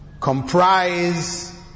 comprise